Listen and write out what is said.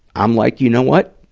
i'm like, you know what?